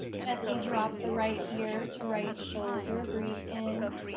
gently drop the right ear to right shoulder. breathe in.